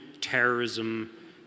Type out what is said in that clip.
terrorism